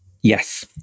Yes